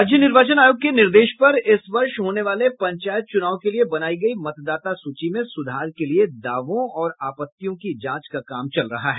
राज्य निर्वाचन आयोग के निर्देश पर इस वर्ष होने वाले पंचायत चुनाव के लिये बनायी गयी मतदाता सूची में सुधार के लिये दावों और आपत्तियों की जांच का काम चल रहा है